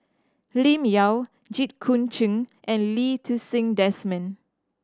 Lim Yau Jit Koon Ch'ng and Lee Ti Seng Desmond